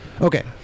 Okay